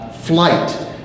Flight